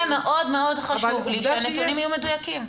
ובגלל זה מאוד מאוד חשוב לי שהנתונים יהיו מדויקים.